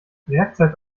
werkzeug